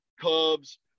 Cubs